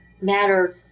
matter